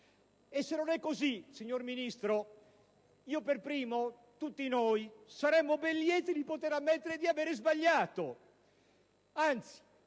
Se non è così, signor Ministro, io per primo, e penso tutti noi, saremmo ben lieti di ammettere di avere sbagliato. Anzi,